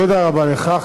תודה רבה לך.